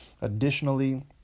Additionally